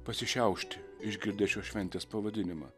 pasišiaušti išgirdę šios šventės pavadinimą